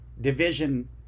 division